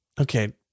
Okay